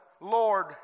Lord